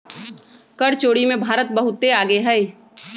कर चोरी में भारत बहुत आगे हई